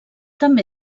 també